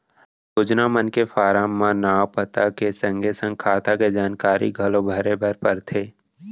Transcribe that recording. योजना मन के फारम म नांव, पता के संगे संग खाता के जानकारी घलौ भरे बर परथे